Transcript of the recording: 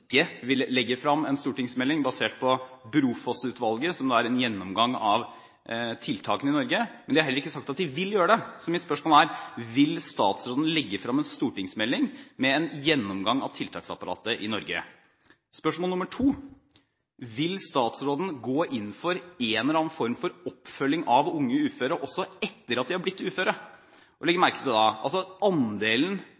Norge, men den har heller ikke sagt at den vil gjøre det. Så mitt spørsmål er: Vil statsråden legge frem en stortingsmelding med en gjennomgang av tiltaksapparatet i Norge? Spørsmål nr. 2: Vil statsråden gå inn for en eller annen form for oppfølging av unge uføre også etter at de har blitt uføre? Legg merke til at andelen unge uføre og uføre generelt som går tilbake til arbeidslivet, er forsvinnende liten. Hvis vi tror det er en